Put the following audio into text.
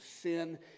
sin